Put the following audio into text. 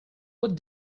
what